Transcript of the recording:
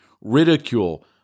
ridicule